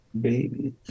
baby